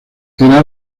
era